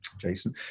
Jason